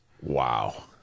wow